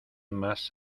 más